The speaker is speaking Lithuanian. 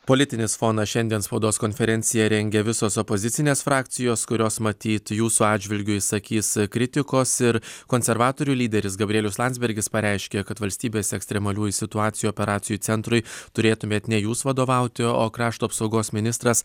politinis fonas šiandien spaudos konferenciją rengia visos opozicinės frakcijos kurios matyt jūsų atžvilgiu išsakys kritikos ir konservatorių lyderis gabrielius landsbergis pareiškė kad valstybės ekstremaliųjų situacijų operacijų centrui turėtumėt ne jūs vadovauti o krašto apsaugos ministras